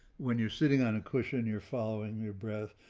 when you're sitting on a cushion, you're following your breath.